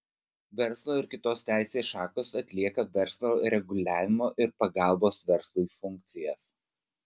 verslo ir kitos teisės šakos atlieka verslo reguliavimo ir pagalbos verslui funkcijas